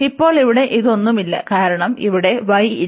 ഇപ്പോൾ ഇവിടെ ഇതൊന്നുമില്ല കാരണം ഇവിടെ y ഇല്ല